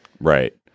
Right